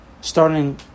Starting